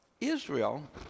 Israel